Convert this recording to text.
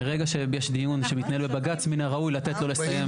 ברגע שיש דיון שמתנהל בבג"ץ מן הראוי לתת לו לסיים.